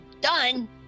done